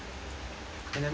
enemy